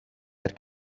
had